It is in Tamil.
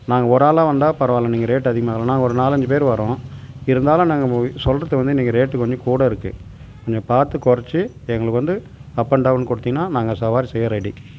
நாங்கள் ஒரு ஆளாக வந்தால் பரவாயில்ல நீங்கள் ரேட்டு அதிகமாக வாங்கலாம் இல்லைன்னா ஒரு நாலஞ்சு பேர் வரோம் இருந்தாலும் நாங்கள் சொல்றது வந்து நீங்கள் ரேட்டு கொஞ்சம் கூட இருக்குது கொஞ்சம் பார்த்து கொறச்சு எங்களுக்கு வந்து அப் அண்ட் டவுன் கொடுத்திங்கன்னா நாங்கள் சவாரி செய்ய ரெடி